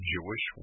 Jewish